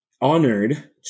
honored